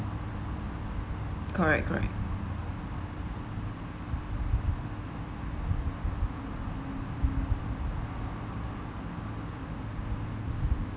correct correct